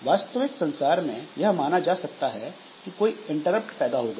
वास्तविक संसार में यह माना जा सकता है कि कोई इंटरप्ट पैदा हो गया